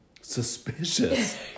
suspicious